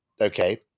okay